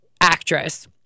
actress